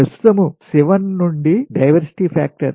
ప్రస్తుతం 7 నుండి diversity factor